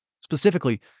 Specifically